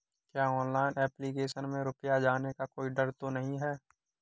क्या online application में रुपया जाने का कोई डर तो नही है?